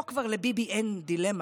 פה כבר לביבי אין דילמה,